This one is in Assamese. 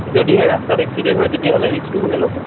যদিহে ৰাস্তাত এক্সিডেট হয় তেতিয়াহলে ৰিছকটো কোনে ল'ব